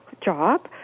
job